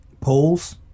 polls